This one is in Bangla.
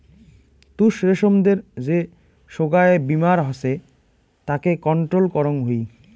তুত রেশমদের যে সোগায় বীমার হসে তাকে কন্ট্রোল করং হই